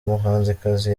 muhanzikazi